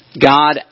God